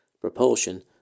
propulsion